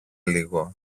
λίγο